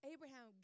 Abraham